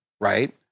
right